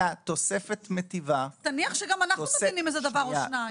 תניח שגם אנחנו מבינים איזה דבר או שניים.